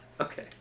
Okay